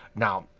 now,